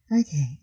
Okay